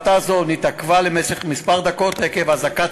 החלטה זו נתעכבה למשך כמה דקות עקב אזעקת